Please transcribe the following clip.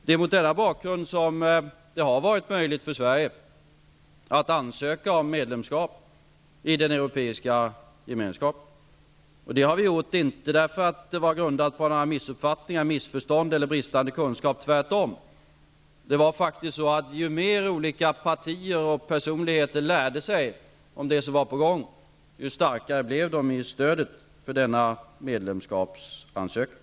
Det är mot denna bakgrund som det har varit möjligt för Sverige att ansöka om medlemskap i den europeiska gemenskapen. Att vi ansökte om medlemskap grundade sig inte på några missuppfattningar eller missförstånd eller på bristande kunskap -- tvärtom. Ju mer olika partier och olika personer lärde sig om det som var på gång, desto starkare blev de i sitt stöd för denna medlemskapsansökan.